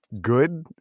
good